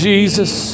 Jesus